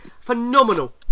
phenomenal